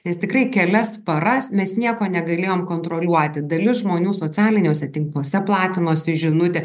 nes tikrai kelias paras mes nieko negalėjom kontroliuoti dalis žmonių socialiniuose tinkluose platinosi žinute